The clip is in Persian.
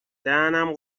دهنم